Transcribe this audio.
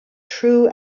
true